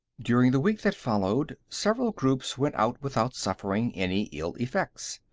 during the week that followed, several groups went out without suffering any ill effects.